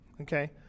Okay